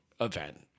event